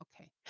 Okay